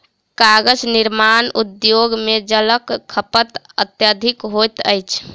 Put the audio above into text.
कागज निर्माण उद्योग मे जलक खपत अत्यधिक होइत अछि